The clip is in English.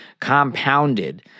compounded